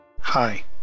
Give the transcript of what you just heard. Hi